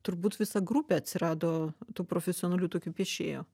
turbūt visa grupė atsirado tų profesionalių tokių piešėjų